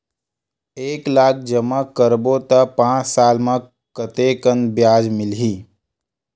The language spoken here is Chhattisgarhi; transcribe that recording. एक लाख जमा करबो त पांच साल म कतेकन ब्याज मिलही?